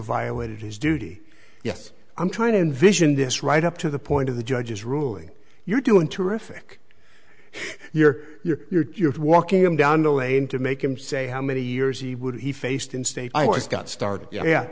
violated his duty yes i'm trying to envision this right up to the point of the judge's ruling you're doing terrific you're you're you're you're walking him down no way in to make him say how many years he would he faced in state courts got started yeah